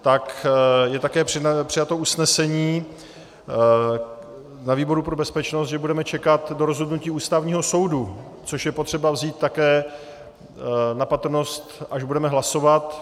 Tak je také přijato usnesení na výboru pro bezpečnost, že budeme čekat do rozhodnutí Ústavního soudu, což je potřeba vzít také v patrnost, až budeme hlasovat.